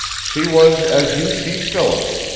she was as you see phyllis.